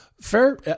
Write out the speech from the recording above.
Fair